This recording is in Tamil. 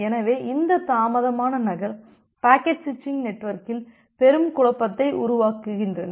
எனவே இந்த தாமதமான நகல் பாக்கெட் ஸ்விச்சிங் நெட்வொர்க்கில் பெரும் குழப்பத்தை உருவாக்குகின்றன